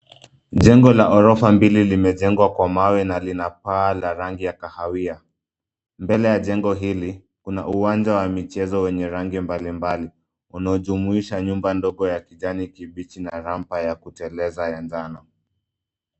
Jengo la ghorofa mbili limejengwa kwa mawe na lina paa la rangi la kahawia. Mbele ya jengo hili, kuna uwanja wa michezo wenye rangi mbalimbali, unaojumuisha nyumba ndogo ya kijani kibichi na rampa ya kuteleza ya njano.